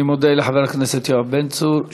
אני מודה לחבר הכנסת יואב בן צור.